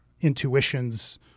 intuitions